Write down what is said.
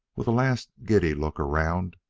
with a last giddy look around,